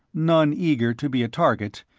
none eager to be a target,